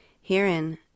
Herein